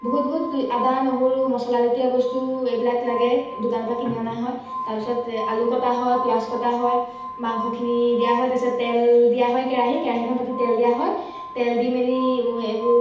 বহুত বহুত আদা নহৰু মছলাজাতীয় বস্তু এইবিলাক লাগে দোকানৰ পৰা কিনি অনা হয় তাৰপিছত আলু কটা হয় পিয়াঁজ কটা হয় মাংসখিনি দিয়া হয় তাৰপিছত তেল দিয়া হয় কেৰাহী কেৰাহীখন পাতি তেল দিয়া হয় তেল দি মেলি এইবোৰ